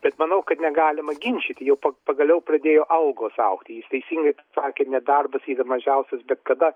bet manau kad negalima ginčyti jog pa pagaliau pradėjo algos augti jis teisingai sakė nedarbas yra mažiausias bet kada